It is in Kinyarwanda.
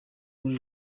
muri